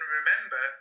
remember